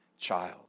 child